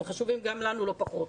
הם חשובים גם לנו לא פחות,